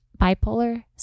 bipolar